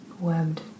webbed